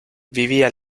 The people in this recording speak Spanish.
vivía